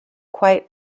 quite